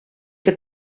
que